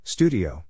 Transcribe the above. Studio